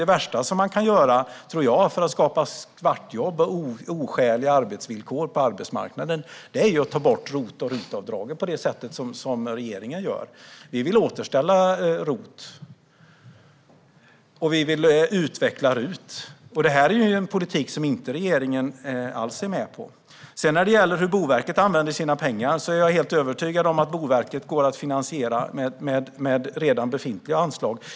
Det bästa man kan göra för att skapa svartjobb och oskäliga arbetsvillkor på arbetsmarknaden är att ta bort ROT och RUT-avdragen på det sätt som regeringen gör. Vi vill återställa ROT-avdraget, och vi vill utveckla RUT-avdraget. Det är en politik som regeringen inte alls är med på. Sedan var det frågan om hur Boverket använder sina pengar. Jag är helt övertygad om att Boverket kan finansieras med redan befintliga anslag.